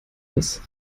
das